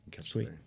Sweet